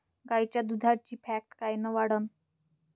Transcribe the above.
गाईच्या दुधाची फॅट कायन वाढन?